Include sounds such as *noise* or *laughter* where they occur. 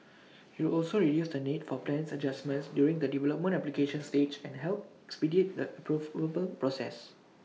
IT will also reduce the need for plans adjustment during the development application stage and help expedite the *unintelligible* process